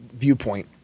viewpoint